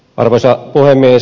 arvoisa puhemies